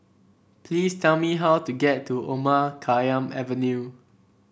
please tell me how to get to Omar Khayyam Avenue